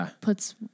puts